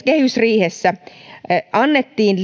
kehysriihessä annettiin